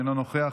אינו נוכח,